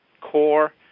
core